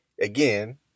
again